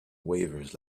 waivers